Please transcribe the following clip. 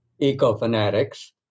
eco-fanatics